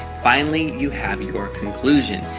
finally, you have your conclusion.